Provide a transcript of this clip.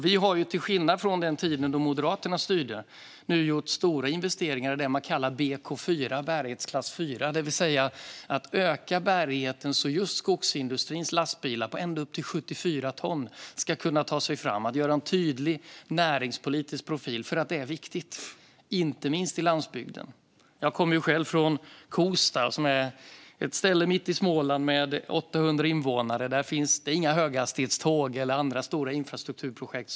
Vi har, till skillnad från den tid då Moderaterna styrde, nu gjort stora investeringar i det man kallar BK4, bärighetsklass 4, det vill säga att öka bärigheten så att just skogsindustrins lastbilar på ända upp till 74 ton ska kunna ta sig fram. Det har en tydlig näringspolitisk profil, och det är viktigt, inte minst i landsbygden. Jag kommer själv från Kosta, ett ställe mitt i Småland med 800 invånare. Där finns det inga höghastighetståg eller andra stora infrastrukturprojekt.